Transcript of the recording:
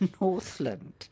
Northland